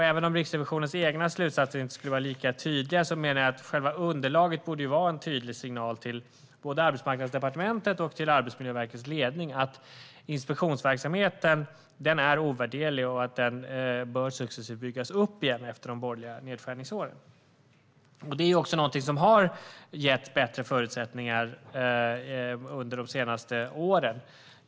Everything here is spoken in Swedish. Även om Riksrevisionens egna slutsatser inte skulle vara lika tydliga menar jag att själva underlaget borde vara en tydlig signal till både Arbetsmarknadsdepartementet och Arbetsmiljöverkets ledning om att inspektionsverksamheten är ovärderlig och successivt bör byggas upp igen efter de borgerliga nedskärningsåren. Det här är också någonting som har getts bättre förutsättningar under de senaste åren.